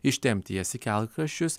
ištempti jas į kelkraščius